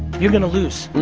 you're gonna lose.